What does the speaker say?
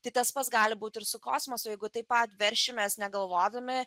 tai tas pats gali būti ir su kosmosu jeigu taip pat negalvodami